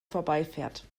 vorbeifährt